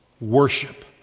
Worship